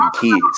kids